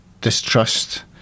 distrust